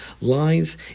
lies